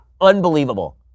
Unbelievable